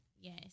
Yes